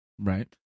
Right